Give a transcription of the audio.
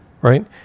right